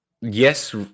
Yes